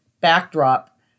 backdrop